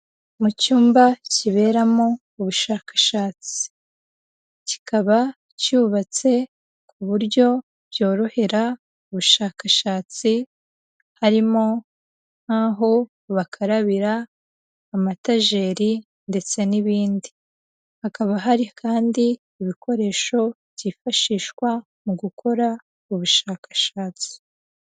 Mu cyumba kiberamo ubushakashatsi, kikaba cyubatse ku buryo byorohera ubushakashatsi, harimo nk'aho bakarabira, amatajeri ndetse n'ibindi, hakaba hari kandi ibikoresho byifashishwa mu gukora ubushakashatsi.